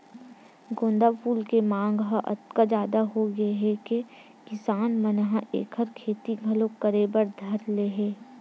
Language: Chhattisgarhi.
गोंदा फूल के मांग ह अतका जादा होगे हे कि किसान मन ह एखर खेती घलो करे बर धर ले हे